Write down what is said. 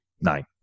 Nine